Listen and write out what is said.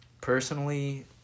personally